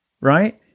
Right